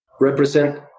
represent